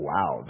Wow